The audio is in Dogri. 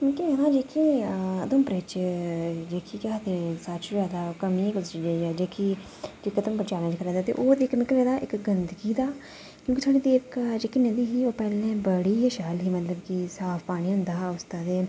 उधमपुरै च जेह्की केह् आखदे कमी ऐ किसे चीजे दी जेह्की उधमपुर च जादा ऐ ते ओह् ते मिगी पता इक गंदगी दा क्योंकि साढ़े ते इक जेह्ड़ी नदी ही पैह्लें बड़ी गै शैल ही मतलब कि साफ पानी होंदा हा उसदा ते